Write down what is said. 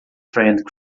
friend